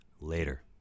Later